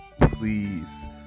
Please